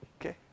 Okay